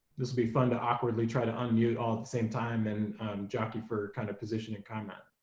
this will be fun to awkwardly try to unmute all at the same time and jockey for kind of position in combat.